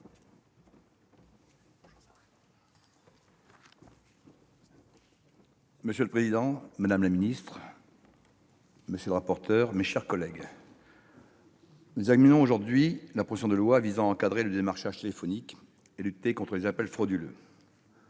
Monsieur le président, madame la secrétaire d'État, monsieur le rapporteur, mes chers collègues, nous examinons aujourd'hui la proposition de loi visant à encadrer le démarchage téléphonique et à lutter contre les appels frauduleux.